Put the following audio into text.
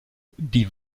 die